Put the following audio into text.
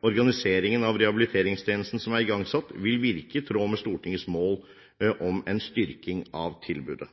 organiseringen av rehabiliteringstjenestene som er igangsatt, vil virke i tråd med Stortingets mål om en styrking av tilbudet.